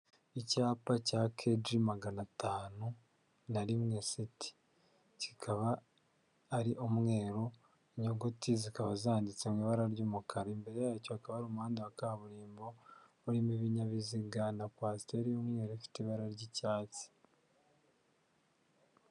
Icyapa cya keji magana atanu na rimwe seti, kikaba ari umweru, inyuguti zikaba zanditse mu ibara ry'umukara, imbere yacyo hakaba umuhanda wa kaburimbo urimo ibinyabiziga na kwasiteri y'umweru ifite ibara ry'icyatsi.